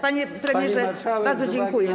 Panie premierze, bardzo dziękuję.